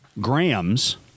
grams